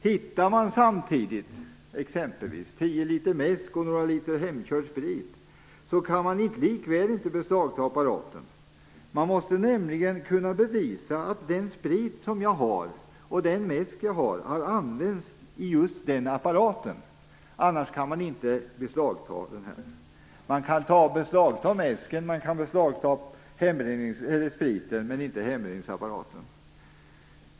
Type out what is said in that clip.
Hittar man samtidigt exempelvis tio liter mäsk och några liter hemkörd sprit kan man likväl inte beslagta apparaten. Man måste nämligen kunna bevisa att den sprit och den mäsk jag har kommit från och använts i just den apparaten. Annars kan man inte beslagta den. Man kan beslagta mäsken och spriten men inte hembränningsapparaten.